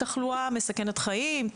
בין תחלואה מסכנת חיים,